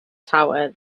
tower